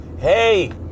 Hey